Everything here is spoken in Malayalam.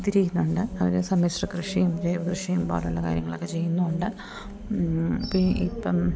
തിരിയുന്നുണ്ട് അവർ സമ്മിശ്ര കൃഷിയും ജൈവകൃഷിയും പോലെയുള്ള കാര്യങ്ങളൊക്കെ ചെയ്യുന്നുമുണ്ട് ഇപ്പം